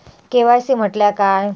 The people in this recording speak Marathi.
के.वाय.सी म्हटल्या काय?